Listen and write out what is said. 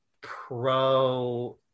pro